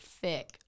thick